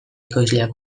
ekoizleak